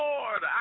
Lord